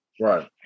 Right